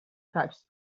types